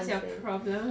what's your problem